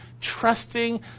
trusting